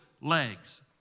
legs